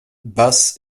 basses